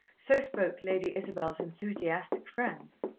so spoke lady isabel's enthusiastic friends.